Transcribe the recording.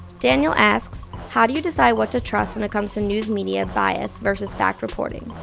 daniel asks, how do you decide what to trust when it comes to news media bias versus fact reporting?